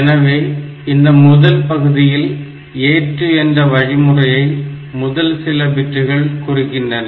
எனவே இந்த முதல் பகுதியில் ஏற்று என்ற வழிமுறையை முதல் சில பிட்டுகள் குறிக்கின்றன